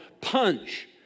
punch